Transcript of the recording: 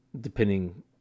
depending